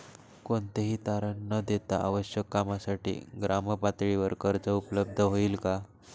कोणतेही तारण न देता आवश्यक कामासाठी ग्रामपातळीवर कर्ज उपलब्ध होईल का?